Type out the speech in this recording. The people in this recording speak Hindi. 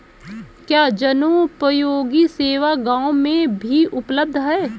क्या जनोपयोगी सेवा गाँव में भी उपलब्ध है?